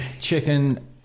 chicken